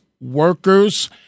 workers